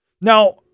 Now